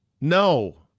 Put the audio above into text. No